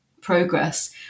progress